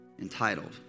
entitled